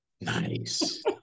Nice